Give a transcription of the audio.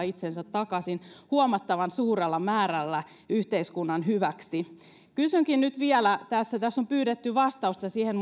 itsensä takaisin huomattavan suurella määrällä yhteiskunnan hyväksi kysynkin nyt vielä tässä tässä on pyydetty vastausta siihen